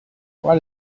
what